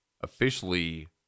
officially